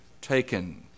taken